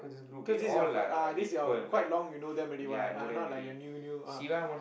cause this is your f~ this is your quite long you know them already what not like your new new ah